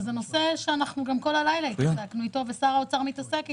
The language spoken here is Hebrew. וזה נושא שגם כל הלילה התעסקנו אתו ושר האוצר מתעסק אתו.